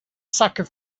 soccer